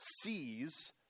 sees